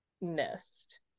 missed